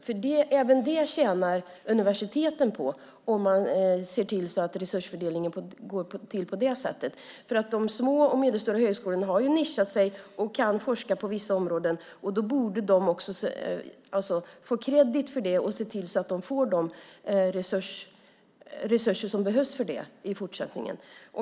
Universiteten tjänar på att man ser till att resursfördelningen går till på det sättet. De små och medelstora högskolorna har ju nischat sig och kan forska på vissa områden, och då borde de också få credit för det och tilldelas de resurser som behövs i fortsättningen.